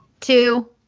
two